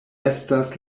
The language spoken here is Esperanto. estas